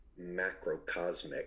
macrocosmic